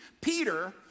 Peter